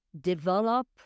develop